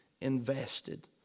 invested